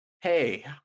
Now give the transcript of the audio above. hey